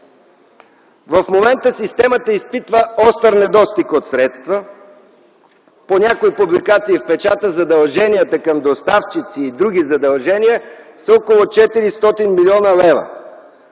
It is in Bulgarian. В момента системата изпитва остър недостиг от средства. По някои публикации в печата задълженията към доставчици, и други задължения, са около 400 млн. лв.